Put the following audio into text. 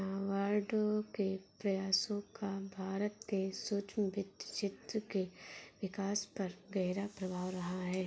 नाबार्ड के प्रयासों का भारत के सूक्ष्म वित्त क्षेत्र के विकास पर गहरा प्रभाव रहा है